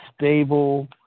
stable